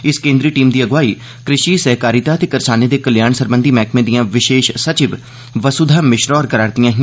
इस केन्द्री टीम दी अगुवाई कृषि सैह्कारिता ते करसानें दे कल्याण सरबंधी मैह्कमे दिआं विशेष सचिव वसुधा मिश्रा होर करा'रदिआं न